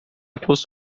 پست